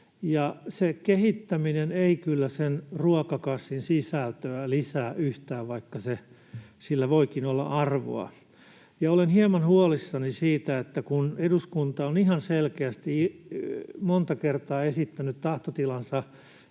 Se kehittäminen ei kyllä sen ruokakassin sisältöä lisää yhtään, vaikka sillä voikin olla arvoa. Olen hieman huolissani siitä, että kun eduskunta on ihan selkeästi monta kertaa esittänyt tahtotilansa,